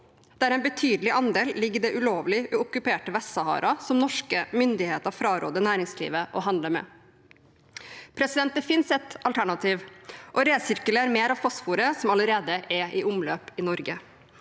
der en betydelig andel ligger i det ulovlig okkuperte Vest-Sahara, som norske myndigheter fraråder næringslivet å handle med. Det finnes et alternativ: å resirkulere mer av fosforet som allerede er i omløp i Norge.